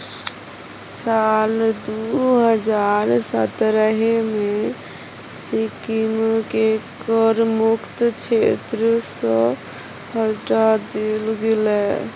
साल दू हजार सतरहे मे सिक्किमकेँ कर मुक्त क्षेत्र सँ हटा देल गेलै